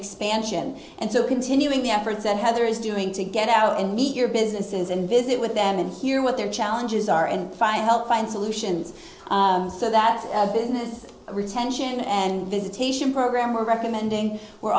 expansion and so continuing the efforts that heather is doing to get out and meet your businesses and visit with them and hear what their challenges are and find help find solutions so that business retention and visitation program are recommending we're